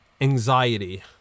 Anxiety